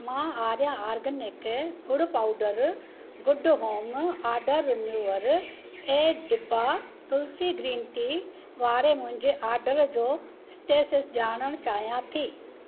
मां आर्या आर्गेनिक ॻुड़ पाउडरु गुड होम ऑर्डरु रिमूवरु ऐं दिभा तुलसी ग्रीन टी वारे मुंहिंजे ऑर्डरु जो स्टेटस ॼाणणु चाहियां थी